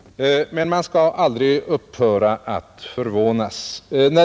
Men man skall som sagt aldrig upphöra att förvånas.